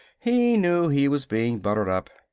he knew he was being buttered up,